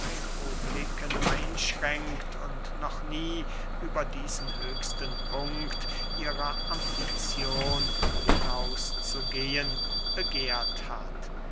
republiken einschränkt und noch nie über diesen höchsten punkt ihrer ambizion hinauszugehen begehrt hat